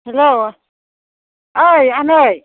hello ओइ आनै